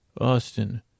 Austin